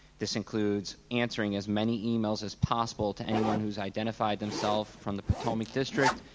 this includes answering as many emails as possible to anyone who's identified themselves from the potomac district,